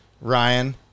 Ryan